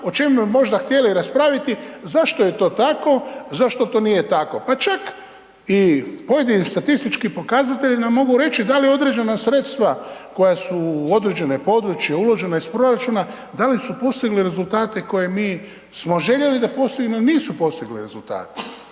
o čemu bi možda htjeli raspraviti, zašto je to tako, zašto to nije tako. Pa čak i pojedini statistički pokazatelji nam mogu reći da li određena sredstva koja su u određeno područje uloženo iz proračuna, da li su postigle rezultate koje mi smo željeli da postignemo, nisu postigle rezultate.